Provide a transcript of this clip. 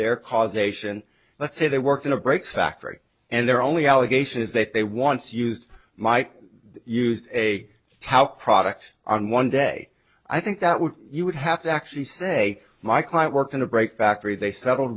their causation let's say they work in a break factory and there are only allegations that they once used might used a towel product on one day i think that would you would have to actually say my client worked in a break factory they settled